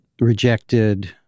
rejected